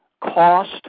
cost